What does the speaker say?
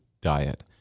diet